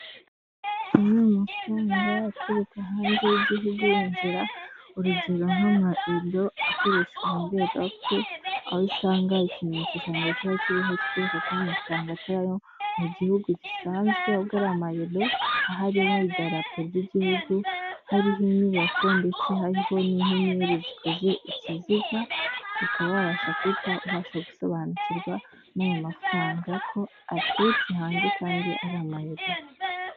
Amwe mu mafaranga aturuka hanze y'igihugu yinjira urugero nk'ama ero akoreshwa muri erope aho usanga ikimenyetso cya mbere cyaba kiriho cyereka ko amafaranga atari ayo mu gihugu gisanzwe ubwo ari amayero aho amodarapo by'igihugu hariho inyubako ndetse hariho n'inyenyeri zikoze ikiziga ukaba wabasha kuhita ubasha gusobanukirwa n'aya mafaranga ko aturutse hanze kandi ari amayero.